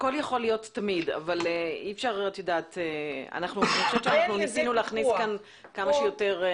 הכול יכול להיות אבל אנחנו ניסינו להכניס כאן כמה שיותר איזונים.